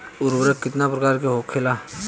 उर्वरक कितना प्रकार के होखेला?